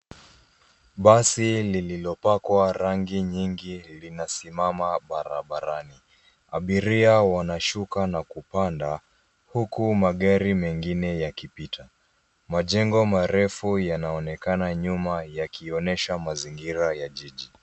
Basi lililopakwa rangi nyingi linasimama barabarani. Abiria wanashuka na kupanda huku magari mengine yakipita, Majengo marefu yanaonekana nyuma yakionyesha mazingira ya jiji.